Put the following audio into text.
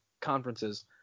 conferences